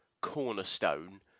cornerstone